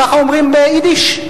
כך אומרים ביידיש?